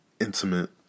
intimate